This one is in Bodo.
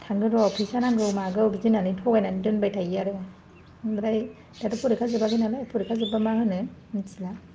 थांगोन र' फैसा नांगौ मागौ बिदि होननानै थगायनानै दोनबाय थायो आरो ओमफ्राय दाथ' फरिखा जोबाखै नालाय फरिखा जोब्बा मा होनो मिनथिला